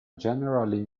generally